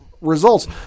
results